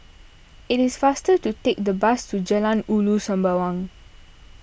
it is faster to take the bus to Jalan Ulu Sembawang